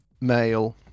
male